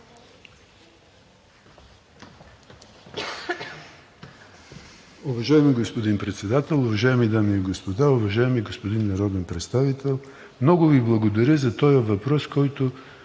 Уважаеми господин Председател, уважаеми дами и господа! Уважаеми господин Народен представител, много Ви благодаря за този въпрос, който